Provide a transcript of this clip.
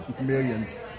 Millions